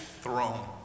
throne